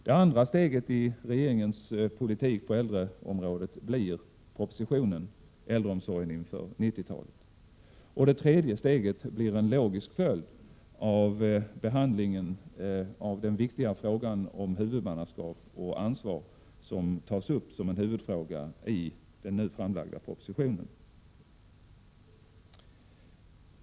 Det andra steget i regeringens politik på äldreområdet blir propositionen Äldreomsorgen inför 90-talet. Det tredje steget blir helt logiskt en följd av behandlingen av den viktiga frågan om huvudmannaskap och ansvar som tas upp som en huvudfråga i den nu framlagda propositionen.